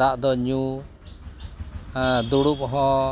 ᱫᱟᱜᱫᱚ ᱧᱩ ᱫᱩᱲᱩᱵᱦᱚᱸ